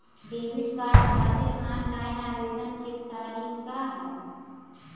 Debit card खातिर online आवेदन के का तरीकि ह?